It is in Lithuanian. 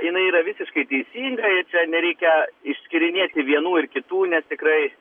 jinai yra visiškai teisingai ir čia nereikia išskyrinėti vienų ir kitų nes tikrai